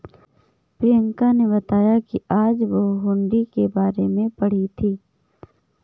प्रियंका ने बताया कि आज वह हुंडी के बारे में पढ़ी थी